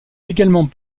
également